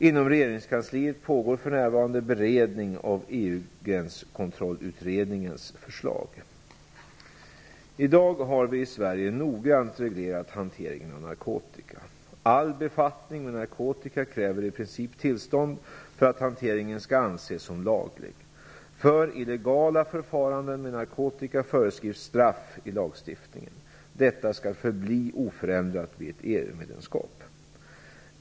Inom regeringskansliet pågår för närvarande beredning av EU-gränskontrollutredningens förslag. I dag har vi i Sverige noggrant reglerat hanteringen av narkotika. All befattning med narkotika kräver i princip tillstånd för att hanteringen skall anses som laglig. För illegala förfaranden med narkotika föreskrivs straff i lagstiftningen. Detta skall förbli oförändrat vid ett EU-medlemskap.